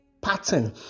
pattern